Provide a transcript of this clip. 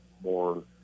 more